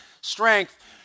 strength